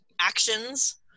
actions